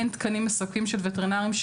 אין תקנים מספקים של וטרינרים,